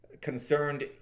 concerned